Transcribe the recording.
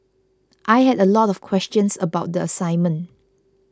I had a lot of questions about the assignment